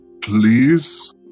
please